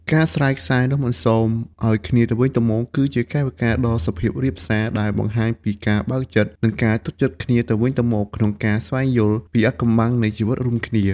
ការស្រាយខ្សែនំអន្សមឱ្យគ្នាទៅវិញទៅមក គឺជាកាយវិការដ៏សុភាពរាបសារដែលបង្ហាញពីការបើកចិត្ត និងការទុកចិត្តគ្នាទៅវិញទៅមកក្នុងការស្វែងយល់ពីអាថ៌កំបាំងនៃជីវិតរួមគ្នា។